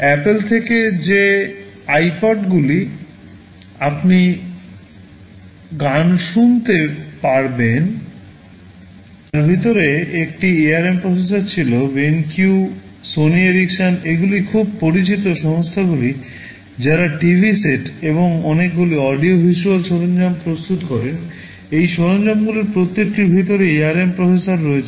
Apple থেকে যে আইপডগুলিতে আপনি গান শুনতে পারবেন তার ভিতরে একটি ARM প্রসেসর ছিল Benq Sony Ericsson এগুলি খুব পরিচিত সংস্থাগুলি যারা টিভি সেট এবং অনেকগুলি অডিও ভিজ্যুয়াল সরঞ্জাম প্রস্তুত করেন এই সরঞ্জামগুলির প্রত্যেকটির ভিতরে ARM প্রসেসর রয়েছে